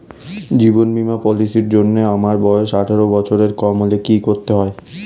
জীবন বীমা পলিসি র জন্যে আমার বয়স আঠারো বছরের কম হলে কি করতে হয়?